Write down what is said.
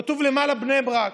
כתוב למעלה "בני ברק".